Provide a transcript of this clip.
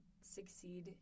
succeed